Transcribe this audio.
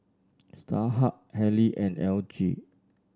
Starhub Haylee and L G